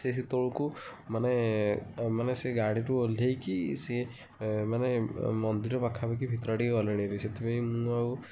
ସିଏ ସେତେବେଳକୁ ମାନେ ମାନେ ସେ ଗାଡ଼ିରୁ ଓଲ୍ହେଇକି ସିଏ ମାନେ ମନ୍ଦିର ପାଖାପାଖି ଭିତର ଆଡ଼େ କି ଗଲେଣି ହେରି ସେଥିପାଇଁ ମୁଁ ଆଉ